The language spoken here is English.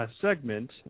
segment